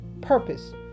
purpose